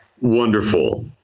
Wonderful